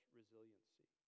resiliency